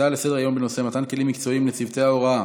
הצעה לסדר-היום בנושא: מתן כלים מקצועיים לצוותי ההוראה